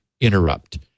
interrupt